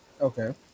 Okay